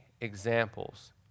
examples